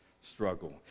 struggle